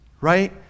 Right